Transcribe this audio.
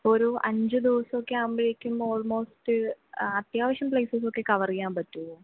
ഇപ്പം ഒരു അഞ്ചു ദിവസമൊക്കെ ആകുമ്പോഴേക്കും ആൾമോസ്റ്റ് അത്യാവശ്യ പ്ലെയിസസ്സൊക്കെ കവർ ചെയ്യാൻ പറ്റുമോ